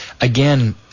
again